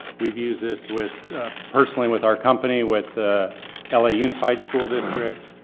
we've used this with personally with our company with ah ah la unified school district.